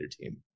team